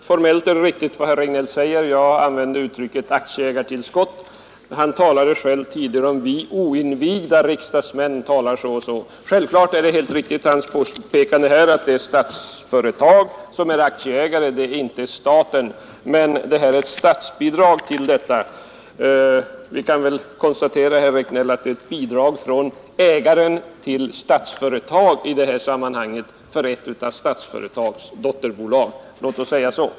Herr talman! Rent formellt är det som herr Regnéll säger riktigt. Jag använde uttrycket aktieägartillskott. Han talade själv tidigare om att ”vi oinvigda riksdagsmän” talar så och så. Hans påpekande att det är Statsföretag som är aktieägare — och inte staten — är helt riktig. Vi kan konstatera, herr Regnéll, att det är ett bidrag från ägaren till Statsföretag till ett av Statsföretags dotterbolag. Låt oss säga så!